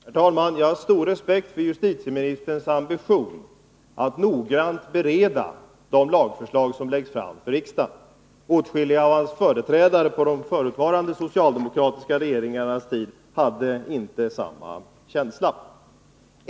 Herr talman! Jag har stor respekt för justitieministerns ambition att noggrant bereda de lagförslag som läggs fram för riksdagen. Åtskilliga av hans företrädare på de förutvarande socialdemokratiska regeringarnas tid hade inte samma känsla.